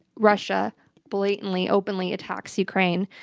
russia blatantly, openly attacks ukraine,